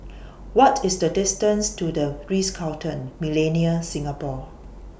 What IS The distance to The Ritz Carlton Millenia Singapore